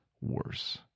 worse